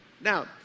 Now